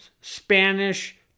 Spanish